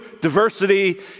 diversity